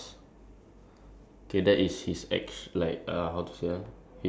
no as in as in like what action okay you see you know the sir Stamford Raffles right